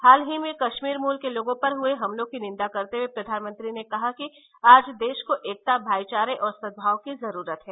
हाल ही में कश्मीर मूल के लोगों पर हए हमलों की निन्दा करते हए प्रधानमंत्री ने कहा कि आज देश को एकता भाईचारे और सद्भाव की जरूरत है